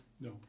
No